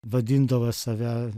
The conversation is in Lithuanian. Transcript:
vadindavo save